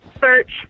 search